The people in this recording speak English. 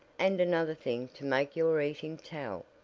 and another thing to make your eating tell.